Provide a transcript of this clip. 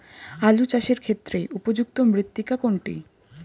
আলু চাষের ক্ষেত্রে উপযুক্ত মৃত্তিকা কোনটি?